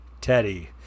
Teddy